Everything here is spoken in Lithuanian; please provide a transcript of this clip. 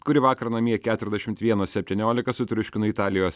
kuri vakar namie keturiasdešimt vienas septyniolika sutriuškino italijos